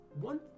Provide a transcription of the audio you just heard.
one